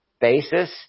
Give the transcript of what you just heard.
basis